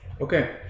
Okay